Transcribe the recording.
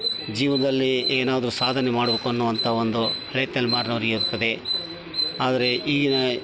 ಜೀವನದಲ್ಲಿ ಏನಾದರು ಸಾಧನೆ ಮಾಡ್ಬೇಕು ಅನ್ನುವಂತ ಒಂದು ಹಳೆ ತಲೆಮಾರಿನವ್ರಿಗಿರ್ತದೆ ಆದರೆ ಈಗಿನ